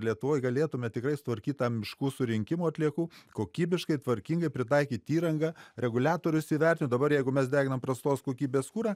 lietuvoj galėtume tikrai sutvarkyt tą miškų surinkimo atliekų kokybiškai tvarkingai pritaikyt įrangą reguliatorius įvertint dabar jeigu mes deginam prastos kokybės kurą